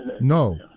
no